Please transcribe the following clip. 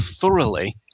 thoroughly